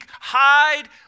hide